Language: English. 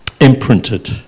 Imprinted